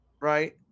right